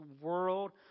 world